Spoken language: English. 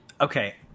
Okay